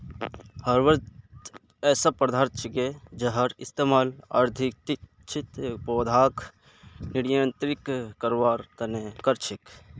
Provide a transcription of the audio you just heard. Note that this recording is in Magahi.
हर्बिसाइड्स ऐसा पदार्थ छिके जहार इस्तमाल अवांछित पौधाक नियंत्रित करवार त न कर छेक